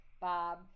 Bob